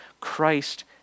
Christ